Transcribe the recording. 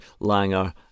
Langer